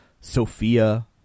Sophia